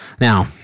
Now